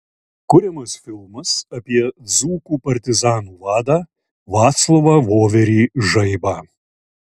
kuriamas filmas apie dzūkų partizanų vadą vaclovą voverį žaibą